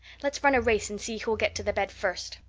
let's run a race and see who'll get to the bed first.